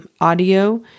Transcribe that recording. audio